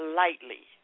lightly